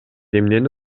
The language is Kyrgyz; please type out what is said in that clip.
эмнени